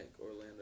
Orlando